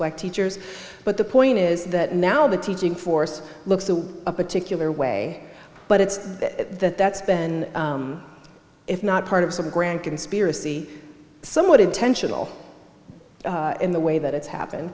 black teachers but the point is that now the teaching force looks to a particular way but it's that it's been if not part of some grand conspiracy somewhat intentional in the way that it's happened